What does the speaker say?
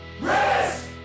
Risk